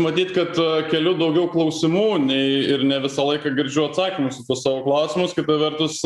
matyt kad keliu daugiau klausimų nei ir ne visą laiką girdžiu atsakymus į tuos savo klausimus kita vertus